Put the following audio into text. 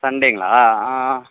சண்டேங்களா ஆ